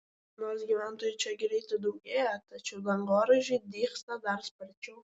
nors gyventojų čia greitai daugėja tačiau dangoraižiai dygsta dar sparčiau